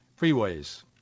freeways